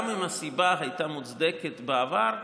גם אם הסיבה הייתה מוצדקת בעבר,